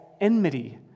enmity